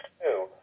two